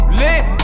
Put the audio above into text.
lit